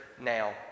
Now